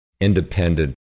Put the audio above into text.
independent